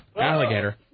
Alligator